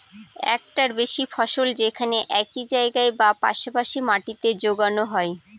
একটার বেশি ফসল যেখানে একই জায়গায় বা পাশা পাশি মাটিতে যোগানো হয়